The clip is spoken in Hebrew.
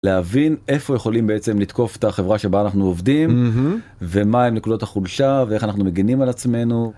להבין איפה יכולים בעצם לתקוף את החברה שבה אנחנו עובדים ומהן הנקודות החולשה ואיך אנחנו מגנים על עצמנו.